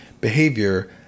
behavior